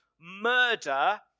murder